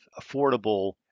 affordable